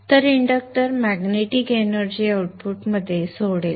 तर inductor magnetic energy आउटपुटमध्ये सोडेल